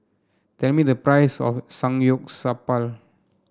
tell me the price of Samgyeopsal